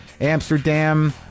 Amsterdam